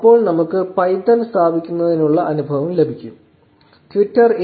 അപ്പോൾ നമുക്ക് പൈത്തൺ സ്ഥാപിക്കുന്നതിനുള്ള അനുഭവം ലഭിക്കും ട്വിറ്റർ എ